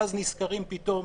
ואז נזכרים פתאום